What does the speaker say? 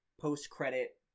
post-credit